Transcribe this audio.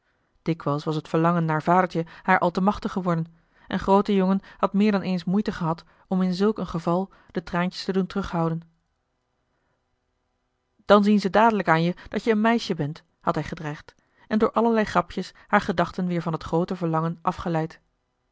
dikwijls was het verlangen naar vadertje haar al te machtig geworden en groote jongen had meer dan eens moeite gehad om in zulk een geval de traantjes te doen terug houden dan zien ze dadelijk aan je dat je een meisje bent had hij gedreigd en door allerlei grapjes haar gedachten weer van dat groote verlangen afgeleid